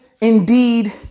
indeed